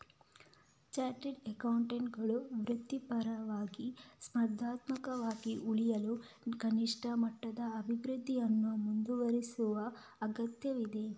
chartered ಅಕೌಂಟೆಂಟುಗಳು ವೃತ್ತಿಪರವಾಗಿ, ಸ್ಪರ್ಧಾತ್ಮಕವಾಗಿ ಉಳಿಯಲು ಕನಿಷ್ಠ ಮಟ್ಟದ ಅಭಿವೃದ್ಧಿಯನ್ನು ಮುಂದುವರೆಸುವ ಅಗತ್ಯವಿದೆ